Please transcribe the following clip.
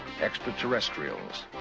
extraterrestrials